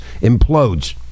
implodes